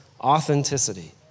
authenticity